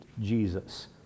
Jesus